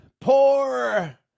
poor